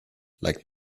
like